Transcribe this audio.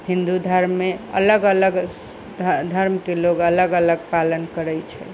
हिन्दू धर्म मे अलग अलग धर्म के लोग अलग अलग पालन करै छै